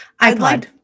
ipod